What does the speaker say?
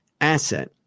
asset